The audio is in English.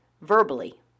verbally